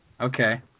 Okay